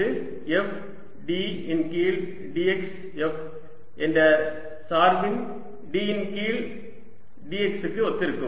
இது ஒரு f d இன் கீழ் dx f என்ற சார்பின் d இன் கீழ் dx க்கு ஒத்திருக்கும்